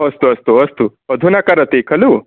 अस्तु अस्तु अस्तु अधुना करोति खलु